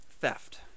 theft